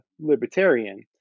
libertarian